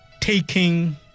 taking